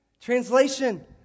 translation